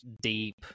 deep